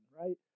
right